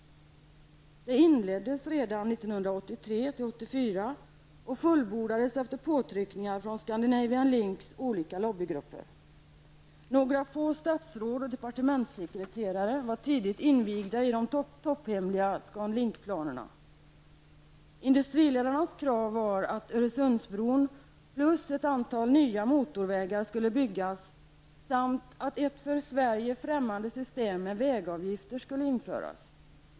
Det inleddes redan 1983/84 och fullbordades efter påtryckningar från Scandinavian Links olika lobbygrupper. Några få statsråd och departementssekreterare var tidigt invigda i de topphemliga ScanLink-planerna. Industriledarnas krav var att Öresundsbron -- plus ett antal nya motorvägar -- skulle byggas samt att ett för Sverige främmande system med vägavgifter skulle införas.